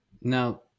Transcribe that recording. Now